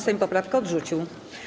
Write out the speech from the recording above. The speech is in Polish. Sejm poprawkę odrzucił.